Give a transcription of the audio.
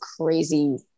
crazy